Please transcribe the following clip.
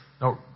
No